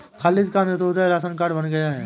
खालिद का Antyodaya ration card बन गया है